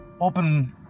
open